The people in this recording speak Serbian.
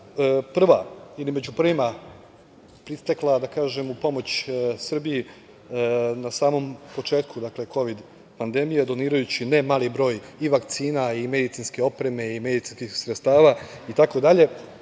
prva, ili među prvima, pritekla u pomoć Srbiji na samom početku kovid pandemije donirajući ne mali broj i vakcina i medicinske opreme i medicinskih sredstava itd,